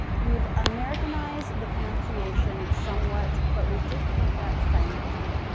we've americanized the pronunciation somewhat but we did keep that silent z.